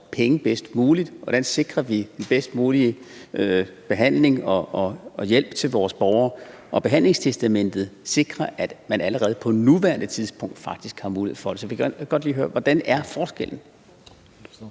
finde ud af. Hvordan sikrer vi den bedst mulige behandling og hjælp til vores borgere? Behandlingstestamentet sikrer, at man allerede på nuværende tidspunkt faktisk har mulighed for det. Så jeg vil godt lige høre: Hvad er forskellen?